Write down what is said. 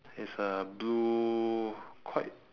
is uh blue quite